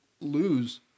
lose